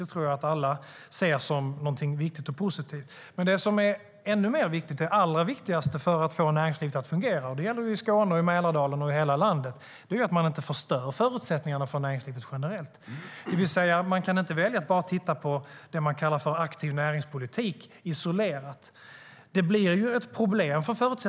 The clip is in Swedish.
Det tror jag att alla ser som viktigt och positivt, men det allra viktigaste för att få näringslivet att fungera - det gäller Skåne, Mälardalen, hela landet - är att inte förstöra förutsättningarna för näringslivet generellt. Man kan inte välja att titta isolerat på det man kallar för aktiv näringspolitik.